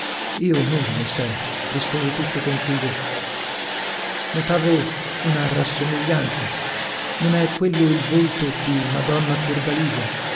io nulla messere rispose tuccio confuso notavo una rassomiglianza non è quello il volto di madonna fiordalisa